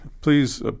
Please